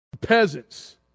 peasants